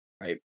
Right